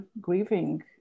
grieving